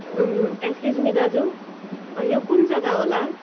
excuse me दाजु यो कुन जग्गा होला